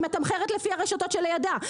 היא מתמחרת לפי הרשתות שלידה,